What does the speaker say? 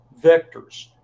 vectors